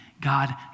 God